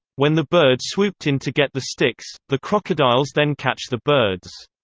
when the birds swooped in to get the sticks, the crocodiles then catch the birds.